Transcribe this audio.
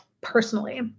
personally